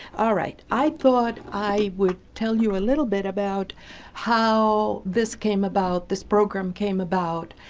all right. i thought i would tell you a little bit about how this came about, this program came about,